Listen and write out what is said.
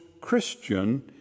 Christian